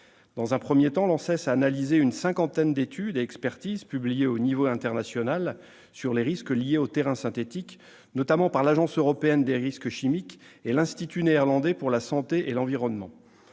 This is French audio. Dans un premier temps, l'ANSES a analysé une cinquantaine d'études et expertises internationales sur les risques liés aux terrains synthétiques, notamment celles réalisées par l'Agence européenne des risques chimiques et par l'Institut néerlandais pour la santé et l'environnement.